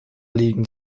liegen